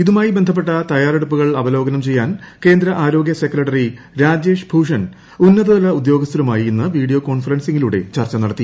ഇതുമായി ബന്ധപ്പെട്ട തയ്യാറെടുപ്പുകൾ അവലോകനം ചെയ്യാൻ കേന്ദ്ര ആരോഗ്യ സെക്രട്ടറി രാജേഷ് ഭൂഷൻ ഉന്നതതല ഉദ്യോഗസ്ഥരുമായി ഇന്ന് വീഡിയോ കോൺഫറൻസിങ്ങിലൂടെ ചർച്ച നടത്തി